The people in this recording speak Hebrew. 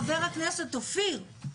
חבר הכנסת אופיר,